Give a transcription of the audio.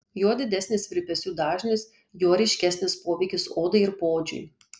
juo didesnis virpesių dažnis juo ryškesnis poveikis odai ir poodžiui